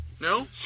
No